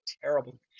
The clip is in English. terrible